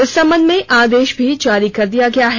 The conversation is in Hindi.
इस संबंध में आदेश भी जारी कर दिया गया है